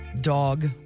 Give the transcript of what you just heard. dog